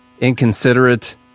inconsiderate